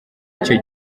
icyo